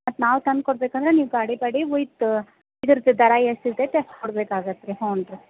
ಮತ್ತು ನಾವು ತಂದು ಕೊಡಬೇಕಂದ್ರೆ ನೀವು ಗಾಡಿ ಬಾಡ್ಗೆ ವಿತ್ ಇದ್ರದ್ದು ದರ ಎಷ್ಟು ಇರತೈತೆ ಅಷ್ಟು ಕೊಡ್ಬೇಕಾಗತ್ತೆ ರೀ ಹ್ಞೂನ್ ರೀ